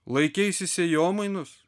laikeisi sėjomainos